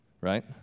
right